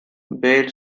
بيل